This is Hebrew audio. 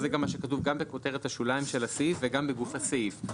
זה גם מה שכתוב בכותרת השוליים של הסעיף וגם בגוף הסעיף.